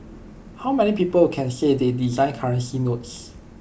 how many people can say they designed currency notes